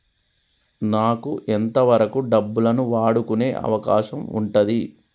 నాకు ఎంత వరకు డబ్బులను వాడుకునే అవకాశం ఉంటది?